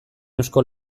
eusko